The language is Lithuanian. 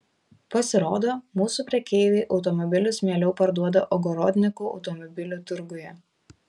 pasirodo mūsų prekeiviai automobilius mieliau parduoda ogorodnikų automobilių turguje